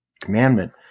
Commandment